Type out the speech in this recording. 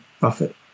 Buffett